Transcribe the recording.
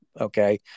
okay